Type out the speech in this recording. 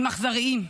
הם אכזריים.